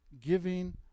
giving